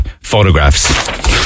Photographs